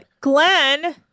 Glenn